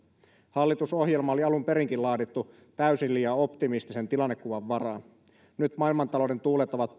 hallitusohjelma oli alun perinkin laadittu täysin liian optimistisen tilannekuvan varaan nyt maailmantalouden tuulet ovat